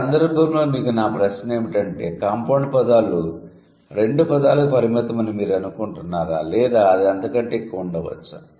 ఈ సందర్భంలో మీకు నా ప్రశ్న ఏమిటంటే కాంపౌండ్ పదాలు రెండు పదాలకు పరిమితం అని మీరు అనుకుంటున్నారా లేదా అది అంతకంటే ఎక్కువ ఉండవచ్చా